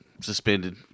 suspended